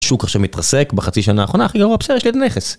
שוק עכשיו מתרסק בחצי שנה האחרונה, הכי גרוע, בסדר, יש לי נכס